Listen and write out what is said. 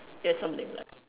there's something like